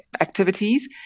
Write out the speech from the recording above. activities